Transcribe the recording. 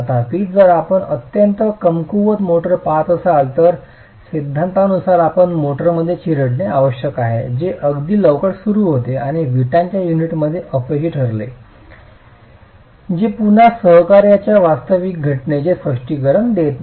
तथापि जर आपण अत्यंत कमकुवत मोर्टार पहात असाल तर या सिद्धांतानुसार आपण मोर्टारमध्ये चिरडणे आवश्यक आहे जे अगदी लवकर सुरू होते आणि विटांच्या युनिटमध्ये अपयशी ठरले जे पुन्हा सहकार्याच्या वास्तविक घटनेचे स्पष्टीकरण देत नाही